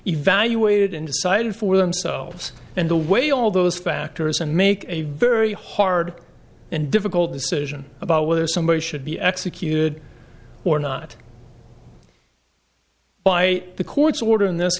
evaluated and decided for themselves and the way all those factors and make a very hard and difficult decision about whether somebody should be executed or not by the court's order in this